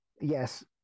yes